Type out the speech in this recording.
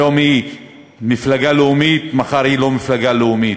היום היא מפלגה לאומית ומחר היא לא מפלגה לאומית.